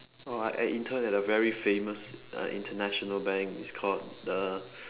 oh I intern at a very famous uh international bank it's called the